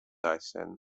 einstein